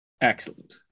Excellent